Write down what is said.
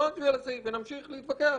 אז לא נצביע על הסעיף ונמשיך להתווכח.